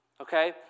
Okay